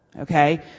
Okay